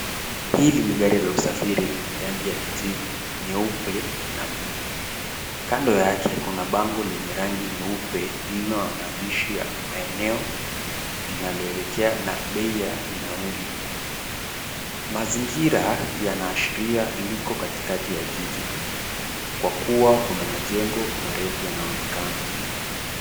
Hili ni gari la usafiri lenye rangi ya kijivu, nyeupe na blue . Kando yake kuna bango lenye rangi nyeupe lililo na maandishi ya maeneo linaloelekea na bei ya nauli. Mazingira yanaashiria liko katikati ya jiji kwa kuwa kuna majengo marefu yanaonekana.